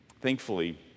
Thankfully